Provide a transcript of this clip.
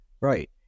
right